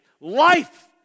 life